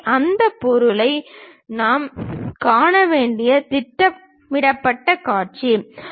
எனவே அந்த பொருளில் நாம் காண வேண்டிய திட்டமிடப்பட்ட காட்சிகள்